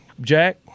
Jack